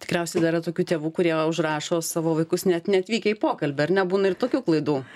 tikriausiai dar yra tokių tėvų kurie užrašo savo vaikus net neatvykę į pokalbį ar ne būna ir tokių klaidų